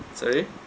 sorry